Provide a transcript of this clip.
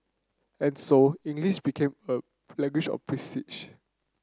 and so English became a language of prestige